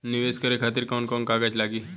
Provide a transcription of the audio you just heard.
नीवेश करे खातिर कवन कवन कागज लागि?